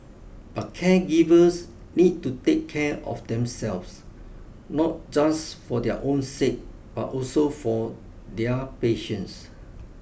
but caregivers need to take care of themselves not just for their own sake but also for their patients